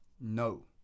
No